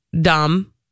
dumb